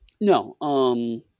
No